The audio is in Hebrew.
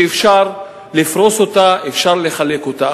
שאפשר לפרוס אותה ואפשר לחלק אותה.